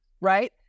right